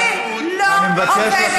תיתני לי רגע, אני אגן עלייך.